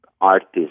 artist